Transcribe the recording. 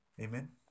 Amen